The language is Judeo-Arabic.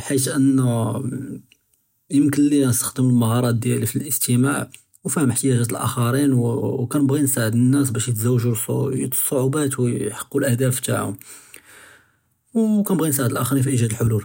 חַיִת אַנְת יְכֹל לִיָּא אִסְתִעְמָל מְהַארַתִי פִי הַאִסְתִמַע וּפְהַם אֶחְתְיַאגַאת הָאַחַרִין, וּכַנְבְּגִי נְסַעְד נָאס בַּאש יִתְזַוְּגוּ הַצְעוּבּוּת וְיְחִיקּוּ הַאַהְדָاف תַעְהוּם, וּכַנְבְּגִי נְסַעְד הָאַחַרִין פִי אִיגְ'אד הַחֻלוּל.